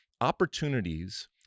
opportunities